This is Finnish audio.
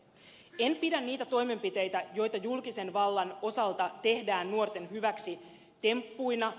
en pidä niitä toimenpiteitä joita julkisen vallan osalta tehdään nuorten hyväksi temppuina